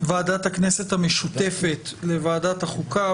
ועדת הכנסת המשותפת לוועדת החוקה,